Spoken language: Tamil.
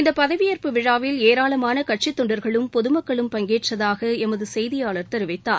இந்த பதவியேற்பு விழாவில் ஏராளமன கட்சித் தொண்டர்களும் பொதமக்களும் பங்கேற்றதாக எமது செய்தியாளர் தெரிவித்தார்